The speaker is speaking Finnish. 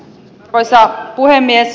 arvoisa puhemies